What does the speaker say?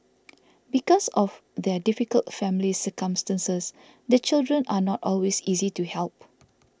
because of their difficult family circumstances the children are not always easy to help